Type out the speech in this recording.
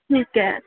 ठीक आहे